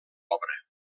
obra